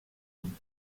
movies